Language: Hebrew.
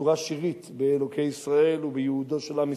בצורה שירית, באלוקי ישראל ובייעודו של עם ישראל.